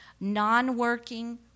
non-working